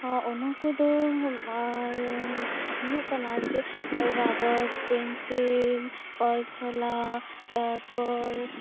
ᱚᱱᱟ ᱠᱚᱫᱚ ᱦᱩᱭᱩᱜ ᱠᱟᱱᱟ ᱡᱮ ᱨᱟᱵᱟᱰ ᱯᱮᱱᱥᱤᱞ ᱚᱞ ᱪᱷᱚᱞᱟ ᱛᱟᱨᱯᱚᱨ